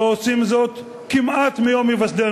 לא עושים זאת כמעט מיום היווסדה.